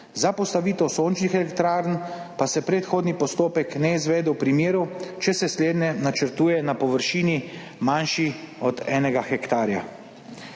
za postavitev sončnih elektrarn pa se predhodni postopek ne izvede v primeru, če se slednje načrtuje na površini manjši od enega hektarja.